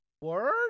Word